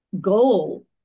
goal